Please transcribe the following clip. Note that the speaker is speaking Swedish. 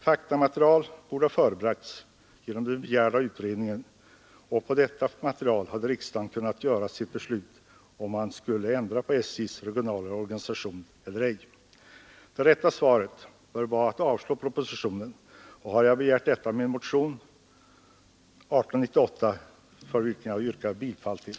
Faktamaterial borde ha förebragts genom den begärda utredningen, och på detta material hade riksdagen kunnat ta ställning till om man skulle ändra på SJ:s regionala organisation eller ej. Det rätta svaret bör vara att avslå propositionen, och det har jag begärt i min motion 1898, vilken jag ber att få yrka bifall till.